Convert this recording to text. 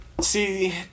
see